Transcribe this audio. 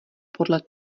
podle